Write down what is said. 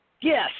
Yes